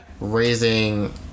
Raising